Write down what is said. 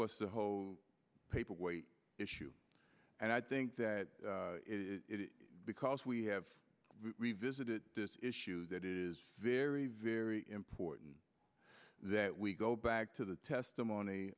was the whole paper weight issue and i think that because we have revisited this issue that is very very important that we go back to the testimony